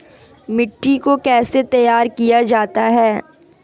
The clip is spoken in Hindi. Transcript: मिट्टी को कैसे तैयार किया जाता है?